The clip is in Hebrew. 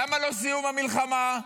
למה לא סיום המלחמה,